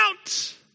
out